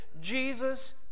Jesus